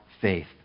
faith